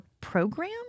program